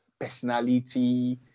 personality